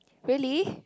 really